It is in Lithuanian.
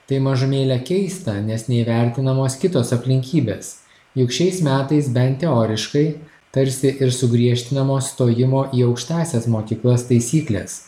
tai mažumėlę keista nes neįvertinamos kitos aplinkybės juk šiais metais bent teoriškai tarsi ir sugriežtinamos stojimo į aukštąsias mokyklas taisyklės